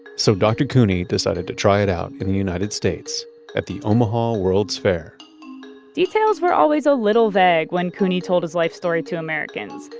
so dr. couney decided to try it out in the united states at the omaha world's fair details were always a little vague when couney told his life story to americans,